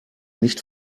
nicht